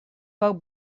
как